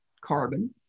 carbon